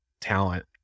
talent